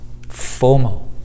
FOMO